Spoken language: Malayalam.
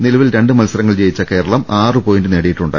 നിലവിൽ രണ്ടു മത്സരങ്ങൾ ജയിച്ച കേരളം ആറുപോയിന്റ് നേടിയിട്ടു ണ്ട്